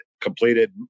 completed